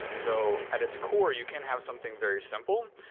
so at its core, you can have something very simple,